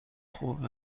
خوب